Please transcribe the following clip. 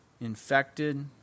infected